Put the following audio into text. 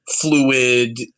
fluid